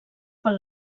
per